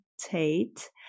Tate